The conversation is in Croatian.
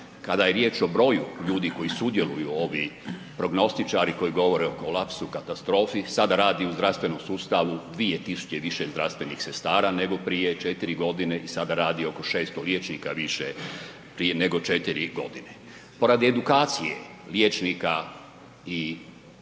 Kada je riječ o broju ljudi koji sudjeluju, ovi prognostičari koji govore o kolapsu, katastrofi sada radi u zdravstvenom sustavu 2000 više zdravstvenih sestara nego prije 4 godine i sada radi oko 600 liječnika više nego prije 4 godine. Po radi edukacije liječnika i drugoga